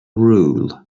rule